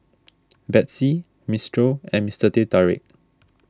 Betsy Mistral and Mister Teh Tarik